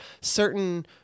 certain